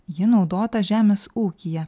ji naudota žemės ūkyje